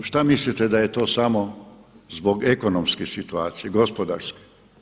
Šta mislite da je to samo zbog ekonomske situacije, gospodarske?